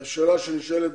השאלה שנשאלת,